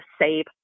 save